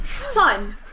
Son